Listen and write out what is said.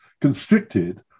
constricted